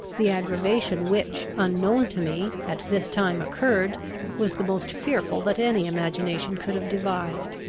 the aggravation which, unknown to me, at this time occurred was the most fearful that any imagination could have devised.